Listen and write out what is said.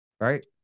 Right